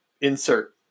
insert